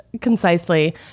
concisely